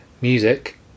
music